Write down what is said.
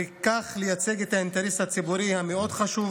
וכך לייצג את האינטרס הציבורי, המאוד-חשוב